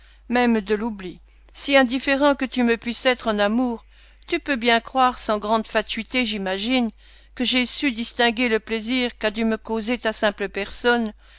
même de l'oubli si indifférent que tu me puisses être en amour tu peux bien croire sans grande fatuité j'imagine que j'ai su distinguer le plaisir qu'a dû me causer ta simple personne